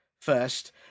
first